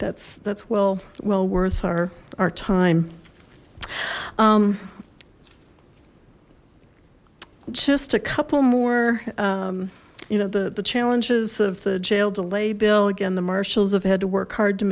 that's that's well well worth our our time just a couple more you know the the challenges of the jail delay bill again the marshals have had to work hard to